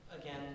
Again